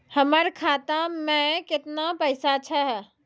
हमर खाता मैं केतना पैसा छह?